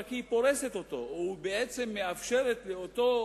היא רק פורסת אותו ובעצם מאפשרת לאותו